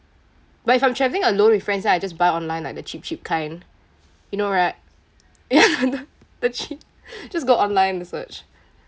but if I'm travelling alone with friends lah I just buy online like the cheap cheap kind you know right th~ the cheap just go online to search